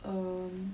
um